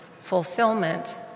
fulfillment